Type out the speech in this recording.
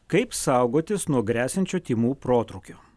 kaip saugotis nuo gresiančio tymų protrūkio